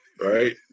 right